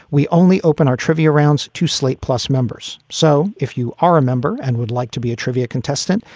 we only open our trivia rounds to slate plus members. so if you are a member and would like to be a trivia contestant,